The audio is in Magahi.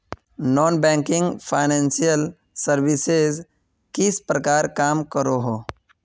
नॉन बैंकिंग फाइनेंशियल सर्विसेज किस प्रकार काम करोहो?